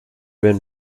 been